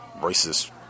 racist